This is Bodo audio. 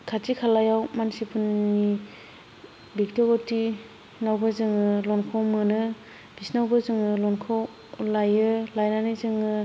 खाथि खालायाव मानसिफोरनि बेक्तिग'तिनावबो जोङो ल'नखौ मोनो बिसोरनावबो जोङो ल'नखौ लायो लायनानै जोङो